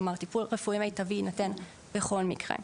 כלומר, טיפול רפואי מיטבי יינתן בכל מקרה.